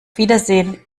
wiedersehen